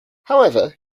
however